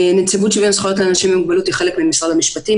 נציבות שוויון זכויות לאנשים עם מוגבלות היא חלק ממשרד המשפטים.